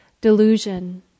delusion